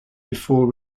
before